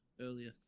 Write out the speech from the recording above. earlier